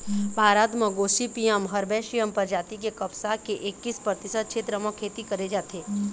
भारत म Gossypium herbaceum परजाति के कपसा के एक्कीस परतिसत छेत्र म खेती करे जाथे